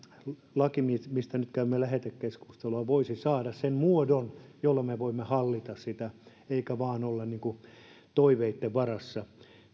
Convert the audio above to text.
laki mistä mistä nyt käymme lähetekeskustelua voisi saada sen muodon jolla me voimme hallita sitä eikä vain olla toiveitten varassa